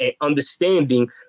understanding